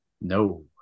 No